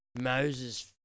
Moses